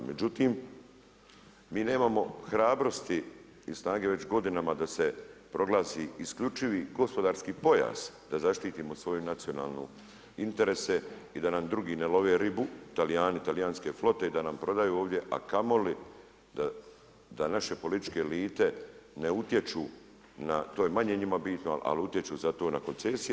Međutim, mi nemamo hrabrosti ni snage već godinama da se proglasi isključivi gospodarski pojas da zaštitimo svoju nacionalne interese i da nam drugi ne love ribu, Talijani, talijanske flote i da nam prodaju ovdje, a kamoli da naše političke elite ne utječu na, to je manje njima bitno, ali utječu zato na koncesije.